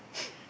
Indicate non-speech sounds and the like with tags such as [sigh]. [noise]